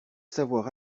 savoir